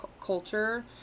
culture